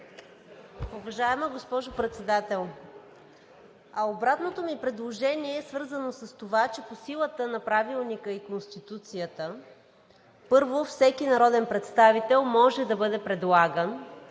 обратното ми предложение е свързано с това, че по силата на Правилника и Конституцията, първо, всеки народен представител може да бъде предлаган,